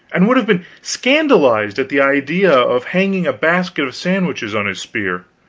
and would have been scandalized at the idea of hanging a basket of sandwiches on his spear.